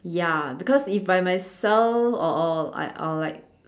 ya because if by myself or or I or like